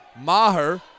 Maher